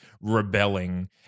rebelling